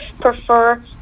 prefer